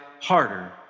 harder